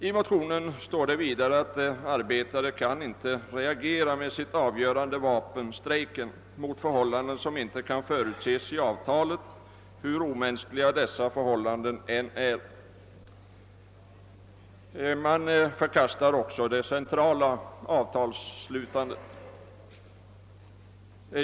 I motionerna står vidare att arbetarna inte kan reagera med sitt avgörande vapen, strejken, mot förhållanden som inte kunnat förutses i avtalet hur omänskliga dessa förhållanden än är. Man förkastar också det centrala avtalsslutandet.